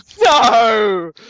no